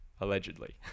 allegedly